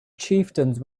chieftains